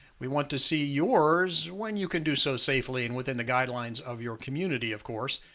we want to see yours when you can do so safely and within the guidelines of your community of course.